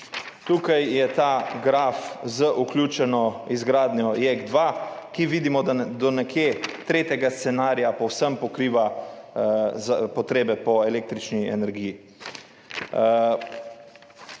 zboru/ je ta graf z vključeno izgradnjo JEK2, ki vidimo, da do nekje tretjega scenarija povsem pokriva potrebe po električni energiji.